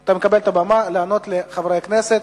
אתה מקבל את הבמה לענות לחברי הכנסת,